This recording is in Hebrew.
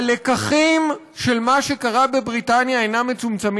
הלקחים של מה שקרה בבריטניה אינם מצומצמים